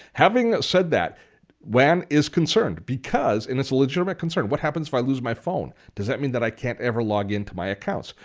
having said, wan is concerned because and it's a legitimate concern what happens if i lose my phone? does that mean that i can't ever log into my accounts?